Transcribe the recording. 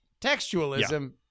textualism